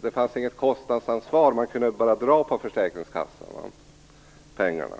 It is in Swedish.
Det fanns inget kostnadsansvar, man kunde bara dra pengarna på försäkringskassorna.